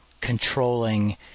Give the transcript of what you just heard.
controlling